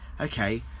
okay